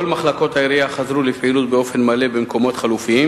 כל מחלקות העירייה חזרו לפעילות באופן מלא במקומות חלופיים